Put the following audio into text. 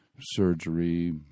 surgery